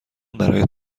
برایت